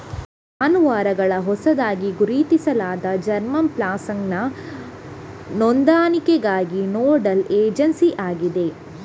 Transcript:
ಜಾನುವಾರುಗಳ ಹೊಸದಾಗಿ ಗುರುತಿಸಲಾದ ಜರ್ಮಾ ಪ್ಲಾಸಂನ ನೋಂದಣಿಗಾಗಿ ನೋಡಲ್ ಏಜೆನ್ಸಿಯಾಗಿದೆ